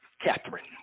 Catherine